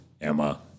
Emma